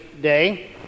day